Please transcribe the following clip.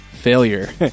failure